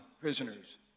prisoners